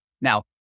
Now